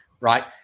right